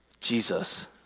Jesus